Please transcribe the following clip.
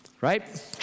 right